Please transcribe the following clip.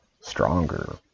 stronger